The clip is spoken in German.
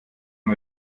man